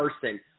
person